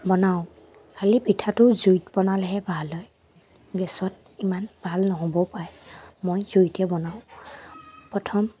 বনাওঁ খালী পিঠাটো জুইত বনালেহে ভাল হয় গেছত ইমান ভাল নহ'বও পাৰে মই জুইতে বনাওঁ প্ৰথম